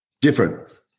Different